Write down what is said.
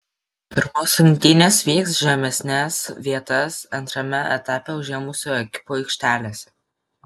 pirmos rungtynės vyks žemesnes vietas antrame etape užėmusių ekipų aikštelėse